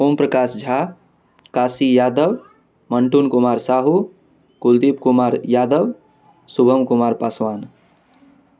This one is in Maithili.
ओम प्रकाश झा काशी यादव मन्टुन कुमार साहू कुलदीप कुमार यादव शुभम कुमार पासवान